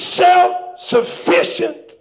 self-sufficient